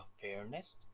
fairness